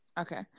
Okay